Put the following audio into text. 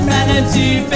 Manatee